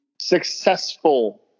successful